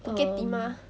bukit timah